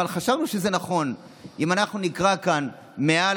אבל חשבנו שזה נכון אם אנחנו נקרא כאן מעל